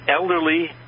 elderly